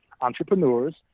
entrepreneurs